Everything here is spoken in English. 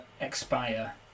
expire